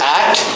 act